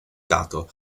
gato